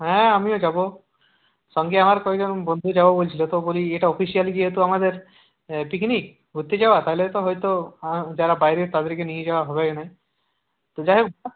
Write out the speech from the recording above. হ্যাঁ আমিও যাব সঙ্গে আমার কয়েকজন বন্ধু যাবো বলছিল তো বলি এটা অফিসিয়াল যেহেতু আমাদের পিকনিক ঘুরতে যাওয়া তাহলে তো হয়তো যারা বাইরের তাদেরকে নিয়ে যাওয়া হবেক নাই তো যাই হোক